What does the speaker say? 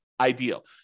ideal